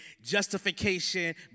justification